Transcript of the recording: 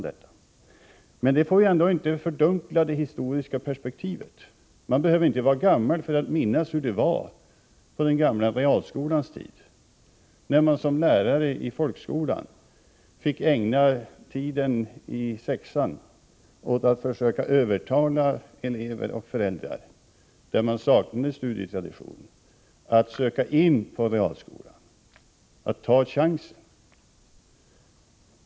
Detta får ändå inte fördunkla det historiska perspektivet. Man behöver inte vara gammal för att minnas hur det var på den gamla realskolans tid, då man som lärare i folkskolan fick ägna mycken tid åt att försöka övertala elever i klass 6 och deras föräldrar, där man saknade studietradition, att eleverna skulle ta chansen och söka in till realskolan.